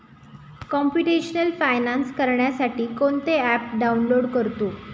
computational finance करण्यासाठी कोणते app download करतो